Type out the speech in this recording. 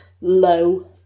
low